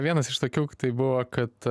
vienas iš tokių tai buvo kad